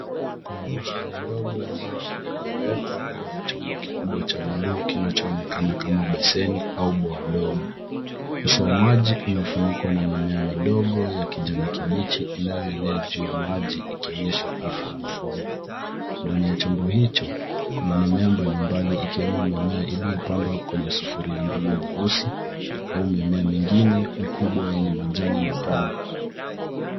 Kuna bustani ndogo ya maji iliyowekwa ndani ya chombo kikubwa cha buluu kinachoonekana kama beseni au bwawa dogo. Uso wa maji umefunikwa na mimea midogo ya kijani kibichi inayoenea juu ya maji ikionyesha afya ya mfumo. Ndani ya chombo hicho, kuna mimea mbalimbali ikiwemo mimea iliyopandwa kwenye sufuria ndogo nyeusi au mimea mingine mikubwa yenye majani mapana.